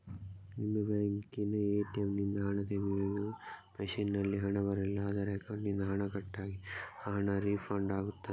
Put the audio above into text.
ನಿಮ್ಮ ಬ್ಯಾಂಕಿನ ಎ.ಟಿ.ಎಂ ನಿಂದ ಹಣ ತೆಗೆಯುವಾಗ ಮಷೀನ್ ನಲ್ಲಿ ಹಣ ಬರಲಿಲ್ಲ ಆದರೆ ಅಕೌಂಟಿನಿಂದ ಹಣ ಕಟ್ ಆಗಿದೆ ಆ ಹಣ ರೀಫಂಡ್ ಆಗುತ್ತದಾ?